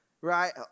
Right